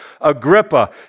Agrippa